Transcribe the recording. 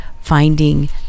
finding